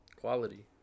Quality